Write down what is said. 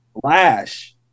Flash